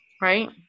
Right